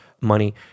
money